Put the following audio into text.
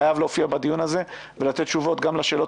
שחייב להופיע בדיון הזה ולתת תשובות גם לשאלות